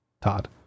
Todd